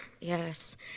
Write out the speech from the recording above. yes